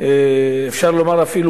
ואפשר לומר אפילו